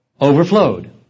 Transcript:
overflowed